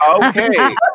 Okay